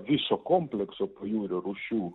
viso komplekso pajūrio rūšių